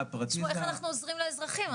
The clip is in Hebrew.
איך אנחנו עוזרים לאזרחים,